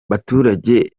baturage